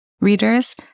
readers